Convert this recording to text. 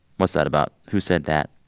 what's that about? who said that?